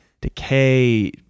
decay